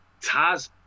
Taz